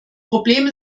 problem